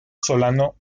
solano